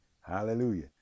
Hallelujah